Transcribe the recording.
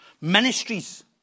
ministries